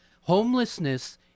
homelessness